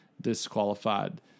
disqualified